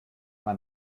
man